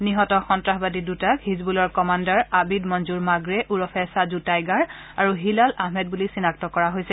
নিহত সন্ত্ৰাসবাদী দুজনক হিজবুলৰ কমাণ্ডাৰ আবিদ মঞ্জৰ মাগ্ৰে ওৰফে চাজু টাইগাৰ আৰু হিলাল আহমেদ বুলি চিনাক্ত কৰা হৈছে